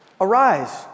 Arise